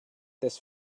this